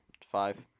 Five